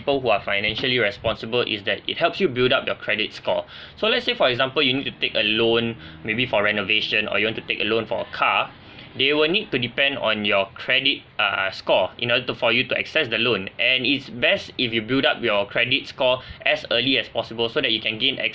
people who are financially responsible is that it helps you build up your credit score so let's say for example you need to take a loan maybe for renovation or you want to take a loan for a car they will need to depend on your credit uh score in order to for you to access the loan and it's best if you build up your credit score as early as possible so that you can gain